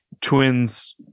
twins